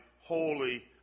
holy